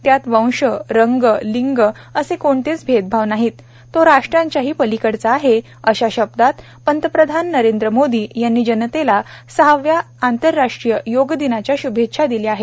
त्यात वंश रंग लिंग असे कोणतेच भेदभाव नाहीत तो राष्ट्राच्याही पलीकडचा आहे अशा शब्दात प्रधानमंत्री नरेंद्र मोदी यांनी जनतेला सहाव्या आंतरराष्ट्रीय योगदिनाच्या श्भेच्छा दिल्या आहे